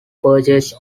purchase